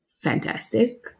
fantastic